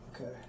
Okay